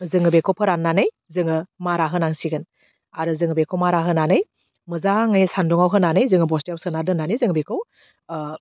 जोङो बेखौ फोराननानै जोङो मारा होनांसिगोन आरो जोङो बेखौ मारा होनानै मोजाङै सानदुंआव होनानै जोङो बस्थायाव सोनानै दोननानै जों बेखौ ओह